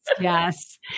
Yes